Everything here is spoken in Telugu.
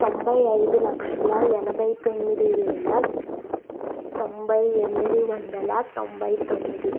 తొంభై ఐదు లక్షల ఎనభై తొమ్మిది వేల తొంభై ఎనిమిది వందల తొంభై తొమ్మిది